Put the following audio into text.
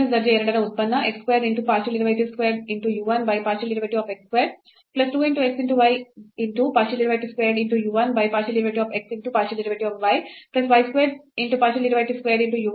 ದರ್ಜೆ 2 ರ ಉತ್ಪನ್ನ ಆದ್ದರಿಂದ n n minus 1 u 1